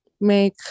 make